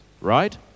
Right